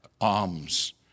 alms